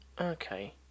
Okay